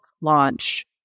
launch